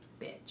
Bitch